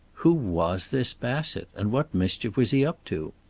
who was this bassett, and what mischief was he up to?